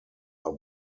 are